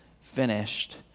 finished